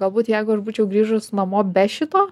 galbūt jeigu aš būčiau grįžus namo be šito